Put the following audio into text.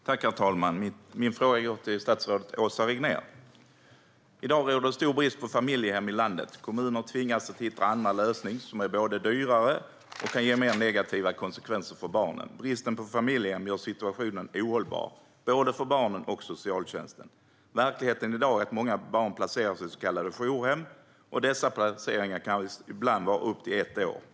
Herr talman! Min fråga går till statsrådet Åsa Regnér. I dag råder stor brist på familjehem i landet. Kommuner tvingas att hitta andra lösningar som både är dyrare och kan ge mer negativa konsekvenser för barnen. Bristen på familjehem gör situationen ohållbar både för barnen och för socialtjänsten. Verkligheten i dag är att många barn placeras i så kallade jourhem, och dessa placeringar kan ibland vara i upp till ett år.